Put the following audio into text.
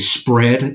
spread